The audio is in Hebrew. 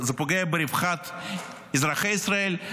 זה פוגע ברווחת אזרחי ישראל,